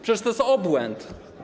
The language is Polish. Przecież to jest obłęd.